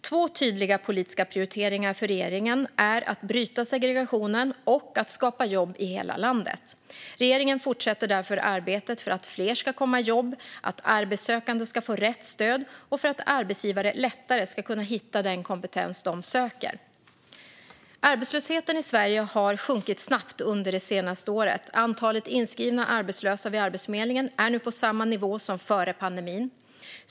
Två tydliga politiska prioriteringar för regeringen är att bryta segregationen och att skapa jobb i hela landet. Regeringen fortsätter därför arbetet för att fler ska komma i jobb, för att arbetssökande ska få rätt stöd och för att arbetsgivare lättare ska kunna hitta den kompetens de söker. Arbetslösheten i Sverige har sjunkit snabbt under det senaste året. Antalet inskrivna arbetslösa vid Arbetsförmedlingen är nu på samma nivå som före pandemin.